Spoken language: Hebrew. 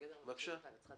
בבקשה.